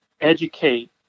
educate